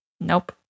Nope